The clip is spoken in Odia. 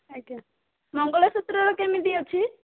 ଆଜ୍ଞା ମଙ୍ଗଳସୂତ୍ରର କେମିତି ଅଛି